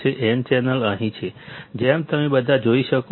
n channel અહીં છે જેમ તમે બધા જોઈ શકો છો